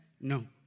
No